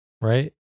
Right